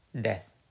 death